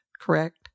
correct